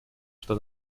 что